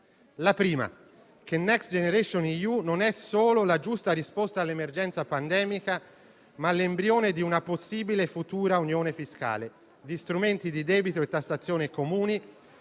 La prima: Next generation EU non è solo la giusta risposta all'emergenza pandemica, ma è l'embrione di una possibile futura unione fiscale, di strumenti di debito e tassazione comuni